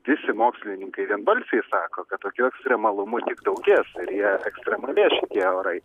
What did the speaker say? visi mokslininkai vienbalsiai sako kad tokių ekstremalumų tik daugės ir jie ekstremalės šitie orai